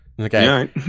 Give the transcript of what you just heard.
Okay